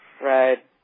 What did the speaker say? right